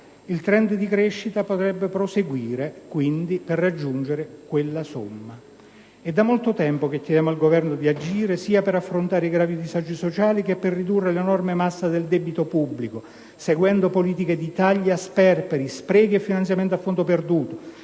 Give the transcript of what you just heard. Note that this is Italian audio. Il *trend* di crescita potrebbe quindi proseguire per raggiungere quella somma. È da molto tempo che chiediamo al Governo di agire per affrontare i gravi disagi sociali e per ridurre l'enorme massa del debito pubblico seguendo politiche di tagli a sperperi, sprechi e finanziamenti a fondo perduto